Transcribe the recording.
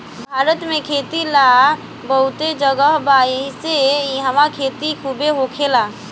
भारत में खेती ला बहुते जगह बा एहिसे इहवा खेती खुबे होखेला